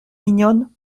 mignonne